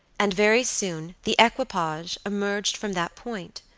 and very soon the equipage emerged from that point.